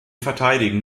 verteidigen